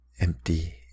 empty